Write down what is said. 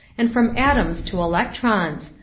and from atoms to electrons,